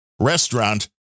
restaurant